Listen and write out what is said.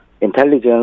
intelligence